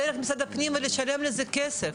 דרך משרד הפנים ולשלם לזה כסף.